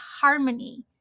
harmony